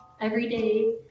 everyday